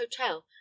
hotel